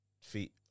Feet